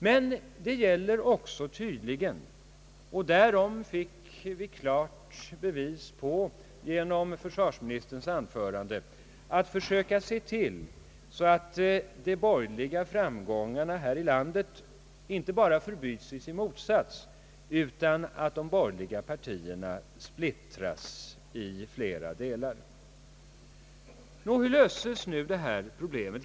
Men det gäller tydligen också — och det fick vi ett klart bevis på genom försvarsministerns anförande — att försöka se till att de borgerliga framgångarna här i landet inte bara förbyts i sin motsats utan att de borgerliga ståndpunkterna splittras. Hur löses nu detta problem?